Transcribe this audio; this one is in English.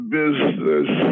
business